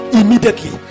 immediately